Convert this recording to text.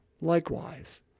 likewise